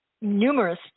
numerous